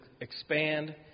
expand